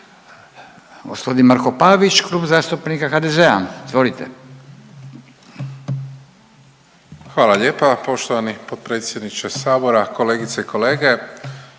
Gospodin Marko Pavić, Klub zastupnika HDZ-a. Izvolite. **Pavić, Marko (HDZ)** Hvala lijepa poštovani potpredsjedniče Sabora, kolegice i kolege.